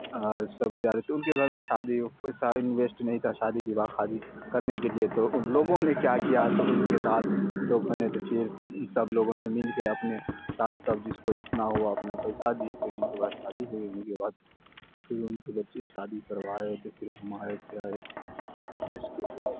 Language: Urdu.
سب جا رہے ان کے گھر میں شادی ہو کوئی سا انویسٹ نہیں تھا شادی بواہ خادی کرنے کے لیے تو ان لوگوں نے کیا کیا تو ان کے ساتھ لوگوں نے تو پھر سب لوگوں نے مل کے اپنے ساتھ سب جس کو جتنا ہوا اتنا پیسہ دیے پھر ان کے بعد شادی ہوئی ان کے بعد پھر ان کے بچے شادی کروائے تو پھر گھمائے پھرائے جس کے